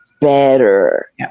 better